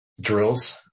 drills